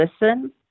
listen